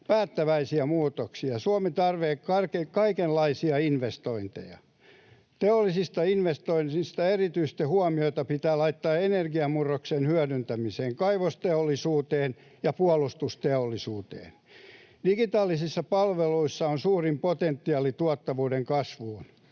päättäväisiä muutoksia. Suomi tarvitsee kaikenlaisia investointeja. Teollisista investoinneista erityistä huomiota pitää laittaa energiamurroksen hyödyntämiseen, kaivosteollisuuteen ja puolustusteollisuuteen. Digitaalisissa palveluissa on suurin potentiaali tuottavuuden kasvuun.